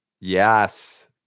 Yes